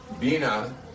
Bina